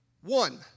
one